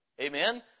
amen